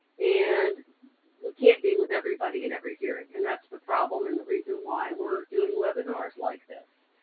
and we can't be with everybody in every hearing, and that's the problem and the reason why we're doing webinars like this.